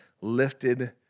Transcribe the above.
lifted